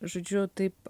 žodžiu taip